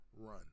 run